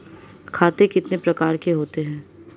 खाते कितने प्रकार के होते हैं?